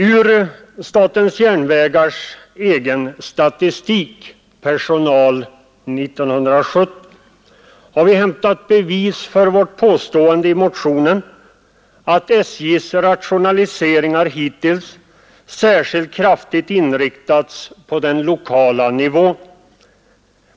Ur statens järnvägars egen statistik, Personal 1970, har vi hämtat bevis för vårt påstående i motionen att SJ:s rationaliseringar hittills särskilt kraftigt inriktats på den lokala nivån.